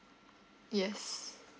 yes